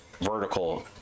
vertical